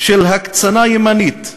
של הקצנה ימנית,